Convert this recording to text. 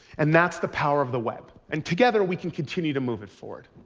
and that's the power of the web. and together, we can continue to move it forward.